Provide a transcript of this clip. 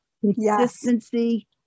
Consistency